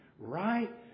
Right